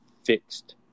fixed